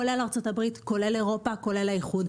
כולל ארצות הברית, כולל אירופה, כולל האיחוד.